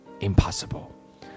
Impossible